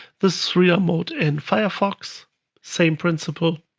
this reader mode in firefox same principle,